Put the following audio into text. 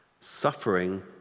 suffering